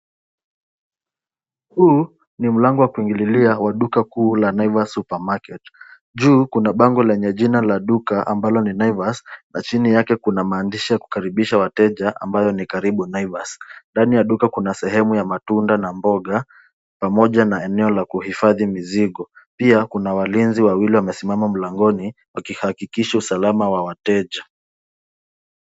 Huu, ni mlango wa kuingililia wa duka kuu la Naivas supermarket . Juu kuna bango lenye jina la duka ambalo ni Naivas, na chini yake kuna maandishi ya kukaribisha wateja, ambayo ni karibu Naivas. Ndani ya duka kuna sehemu ya matunda na mboga, pamoja na eneo la kuhifadhi mizigo. Pia kuna walinzi wawili wamesimama mlangoni wakihakikisha usalama wa wateja.